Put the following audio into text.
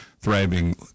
thriving